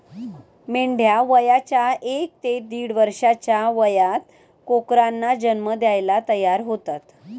मेंढ्या वयाच्या एक ते दीड वर्षाच्या वयात कोकरांना जन्म द्यायला तयार होतात